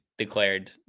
Declared